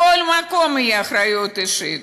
בכל מקום תהיה אחריות אישית.